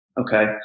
Okay